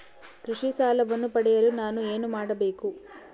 ಕೃಷಿ ಸಾಲವನ್ನು ಪಡೆಯಲು ನಾನು ಏನು ಮಾಡಬೇಕು?